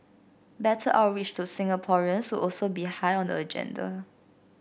better outreach to Singaporeans also be high on the agenda